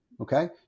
Okay